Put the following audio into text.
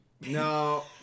No